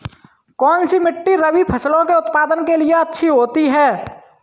कौनसी मिट्टी रबी फसलों के उत्पादन के लिए अच्छी होती है?